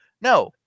No